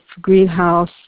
greenhouse